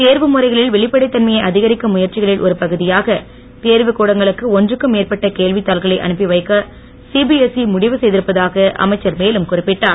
தேர்வு முறைகளில் வெளிப்படைத் தன்மையை அதிகரிக்கும் முயற்சிகளில் ஒரு பகுதியாக தேர்வுக் கூடங்களுக்கு ஒன்றுக்கும் மேற்பட்ட கேள்வித்தாள்களை அனுப்பிவைக்க சிபிஎஸ்ச முடிவு செய்திருப்பதாக அமைச்சர் மேலும் குறிப்பிட்டார்